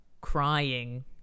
crying